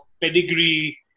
pedigree